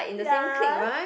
yes